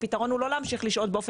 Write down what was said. הפתרון הוא לא להמשיך לשהות באופן